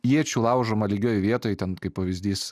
iečių laužoma lygioj vietoj ten kaip pavyzdys